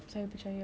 mmhmm